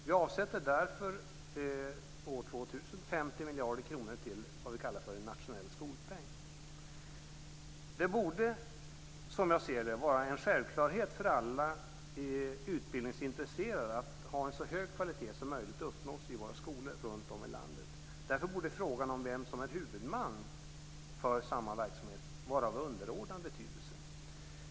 Vi avsätter därför 50 miljarder kronor år 2000 till vad vi kallar en nationell skolpeng. Det borde som jag ser det vara en självklarhet för alla utbildningsintresserade att en så hög kvalitet som möjligt uppnås i våra skolor runtom i landet. Därför borde frågan om vem som är huvudman för samma verksamhet vara av underordnad betydelse.